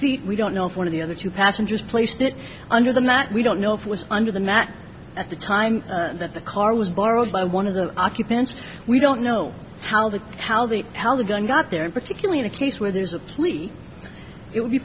feet we don't know if one of the other two passengers placed it under the mat we don't know if was under the mat at the time that the car was borrowed by one of the occupants we don't know how the how the how the gun got there particularly in a case where there's a pleat it would be